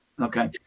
Okay